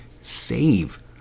save